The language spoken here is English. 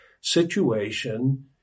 situation